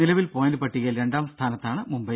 നിലവിൽ പോയിന്റ് പട്ടികയിൽ രണ്ടാം സ്ഥാനത്താണ് മുംബൈ